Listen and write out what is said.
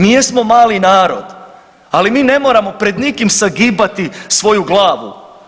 Mi jesmo mali narod, ali mi ne moramo pred nikim sagibati svoju glavu.